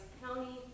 county